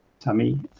tummy